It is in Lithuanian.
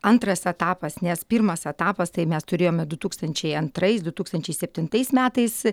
antras etapas nes pirmas etapas tai mes turėjome du tūkstančiai antrais du tūkstančiai septintais metais